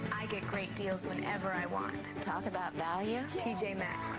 i get great deals whenever i want. talk about values. t j maxx.